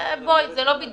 יש את מענק חזרה לעבודה.